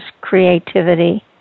creativity